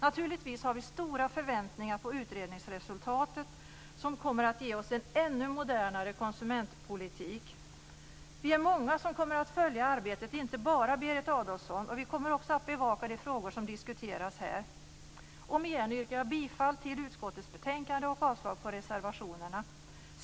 Naturligtvis har vi stora förväntningar på utredningsresultatet, som kommer att ge oss en ännu modernare konsumentpolitik. Vi är många som kommer att följa arbetet - inte bara Berit Adolfsson - och kommer att bevaka de frågor som diskuteras här. Omigen yrkar jag bifall till hemställan i utskottets betänkande och avslag på reservationerna.